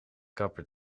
kapper